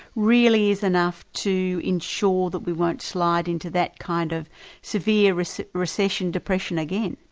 really is enough to ensure that we won't slide into that kind of severe so recession depression again?